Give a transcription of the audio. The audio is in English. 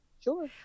Sure